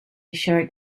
tshirt